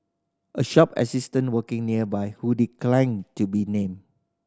a shop assistant working nearby who declined to be named